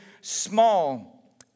small